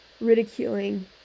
ridiculing